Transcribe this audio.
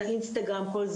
אינסטגרם וכו'